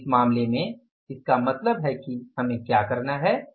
तो इस मामले में इसका मतलब है कि हमें क्या करना है